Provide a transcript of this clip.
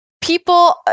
people